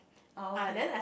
ah okay